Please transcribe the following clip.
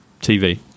TV